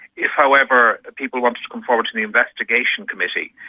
if however people wanted to come forward to the investigation committee,